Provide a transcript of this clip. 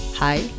Hi